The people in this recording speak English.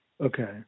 Okay